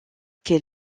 que